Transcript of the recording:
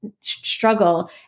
struggle